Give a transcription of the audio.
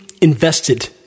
invested